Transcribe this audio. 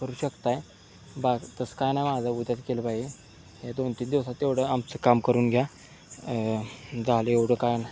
करू शकताय बा तसं काही नाही माझं उद्याच केलं पाहिजे या दोन तीन दिवसात तेवढं आमचं काम करून घ्या झालं एवढं काही नाही